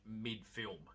mid-film